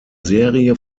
serie